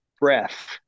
breath